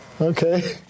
Okay